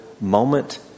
moment